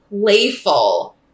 playful